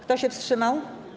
Kto się wstrzymał?